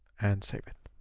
and save it.